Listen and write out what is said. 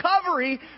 recovery